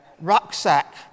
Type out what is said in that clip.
rucksack